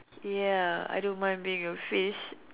ya I don't mind being a fish